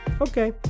Okay